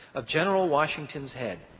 of general washington's head.